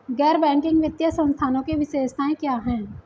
गैर बैंकिंग वित्तीय संस्थानों की विशेषताएं क्या हैं?